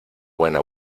buena